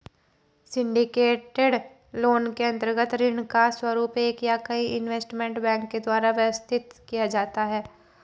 syndicated loan के अंतर्गत ऋण का स्वरूप एक या कई इन्वेस्टमेंट बैंक के द्वारा व्यवस्थित किया जाता है